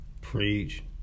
preach